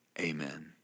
Amen